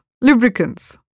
lubricants